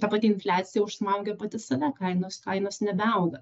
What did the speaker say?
ta pati infliacija užsmaugia pati save kainos kainos nebeauga